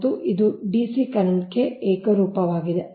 ಮತ್ತು ಇದು DC ಕರೆಂಟ್ಗೆ ಏಕರೂಪವಾಗಿದೆ